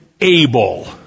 able